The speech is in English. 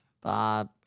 Bob